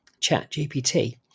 ChatGPT